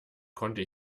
konnte